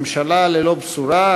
ממשלה ללא בשורה,